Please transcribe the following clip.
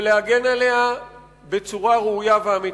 ולהגן עליה בצורה ראויה ואמיתית.